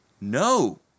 No